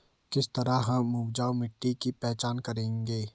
किस तरह हम उपजाऊ मिट्टी की पहचान करेंगे?